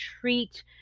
treat